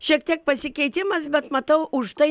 šiek tiek pasikeitimas bet matau už tai